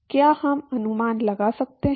क्या हम अनुमान लगा सकते हैं